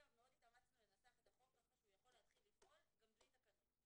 מאוד התאמצנו לנסח את החוק ככה שהוא יכול להתחיל לפעול גם בלי תקנות.